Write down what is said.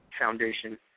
foundation